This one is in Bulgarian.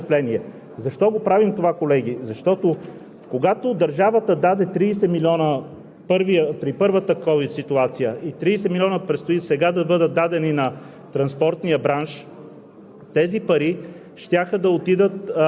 гражданите помежду си, когато споделят пътуването, да споделят само горивото, най-образно казано, това не съставлява престъпление. Защо правим това, колеги? Защото, когато държавата даде 30 милиона при